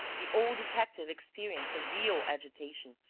the old detective experienced a real agitation,